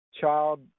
child